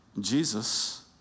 Jesus